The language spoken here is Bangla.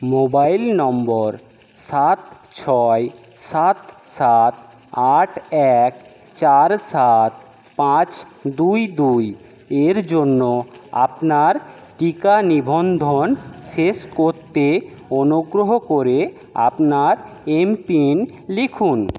মোবাইল নম্বর সাত ছয় সাত সাত আট এক চার সাত পাঁচ দুই দুই এর জন্য আপনার টিকা নিবন্ধন শেষ করতে অনুগ্রহ করে আপনার এমপিন লিখুন